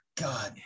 God